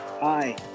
Hi